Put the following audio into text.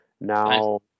now